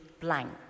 blank